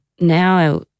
now